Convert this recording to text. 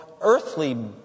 earthly